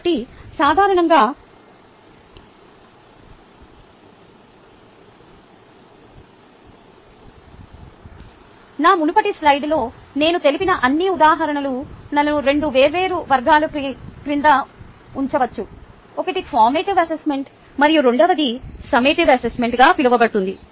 కాబట్టి సాధారణంగా నా మునుపటి స్లైడ్లో నేను తెలిపిన అన్ని ఉదాహరణలను రెండు వేర్వేరు వర్గాల క్రింద ఉంచవచ్చు ఒకటి ఫార్మేటివ్ అసెస్మెంట్ మరియు రెండవది సమ్మేటివ్ అసెస్మెంట్గా పిలువబడుతుంది